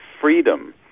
freedom